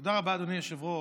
תודה רבה, אדוני היושב-ראש.